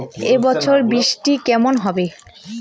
এবছর বৃষ্টি কেমন হবে?